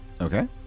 Okay